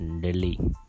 Delhi